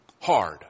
Hard